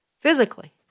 physically